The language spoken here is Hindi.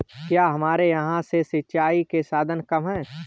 क्या हमारे यहाँ से सिंचाई के साधन कम है?